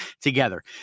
together